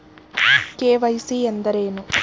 KYC ಎಂದರೇನು?